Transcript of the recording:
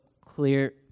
clear